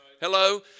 Hello